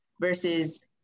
versus